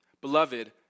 Beloved